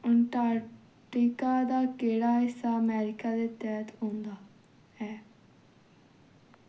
Antarctica दा केह्ड़ा हिस्सा अमरीका दे तैह्त औंदा ऐ